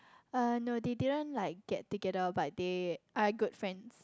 uh no they didn't like get together but they are good friends